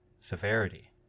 severity